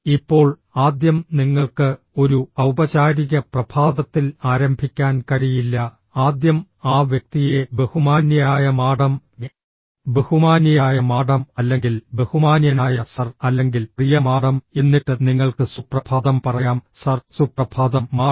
ഇപ്പോൾ ആദ്യം നിങ്ങൾക്ക് ഒരു ഔപചാരിക പ്രഭാതത്തിൽ ആരംഭിക്കാൻ കഴിയില്ല ആദ്യം ആ വ്യക്തിയെ ബഹുമാന്യയായ മാഡം ബഹുമാന്യയായ മാഡം അല്ലെങ്കിൽ ബഹുമാന്യനായ സർ അല്ലെങ്കിൽ പ്രിയ മാഡം എന്നിട്ട് നിങ്ങൾക്ക് സുപ്രഭാതം പറയാം സർ സുപ്രഭാതം മാഡം